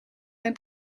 bij